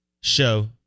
Show